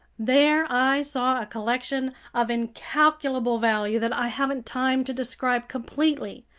there i saw a collection of incalculable value that i haven't time to describe completely.